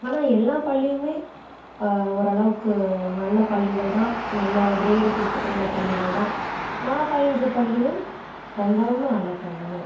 ஆனால் எல்லாம் பள்ளியுமே ஓரளவுக்கு நல்ல பள்ளிகள் தான் நல்ல கிரேடு கொடுத்துட்ருந்த பள்ளிகள் தான் நான் பயின்ற பள்ளியும் ரொம்ப ரொம்ப நல்ல பள்ளிகள்